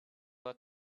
that